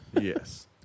Yes